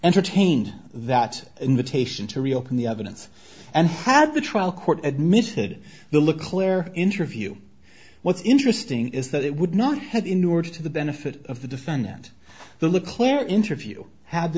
entertained that invitation to reopen the evidence and had the trial court admitted the look claire interview what's interesting is that it would not have endured to the benefit of the defendant the look claire interview had the